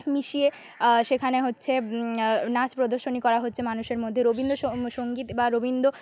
মিশিয়ে সেখানে হচ্ছে নাচ প্রদর্শনী করা হচ্ছে মানুষের মধ্যে রবীন্দ্রসঙ্গীত বা রবীন্দ্র